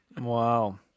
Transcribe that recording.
Wow